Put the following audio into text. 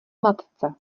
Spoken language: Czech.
matce